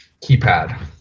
keypad